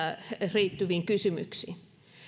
liittyviin kysymyksiin